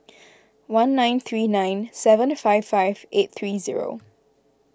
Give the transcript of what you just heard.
one nine three nine seven five five eight three zero